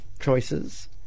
choices